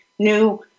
new